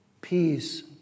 peace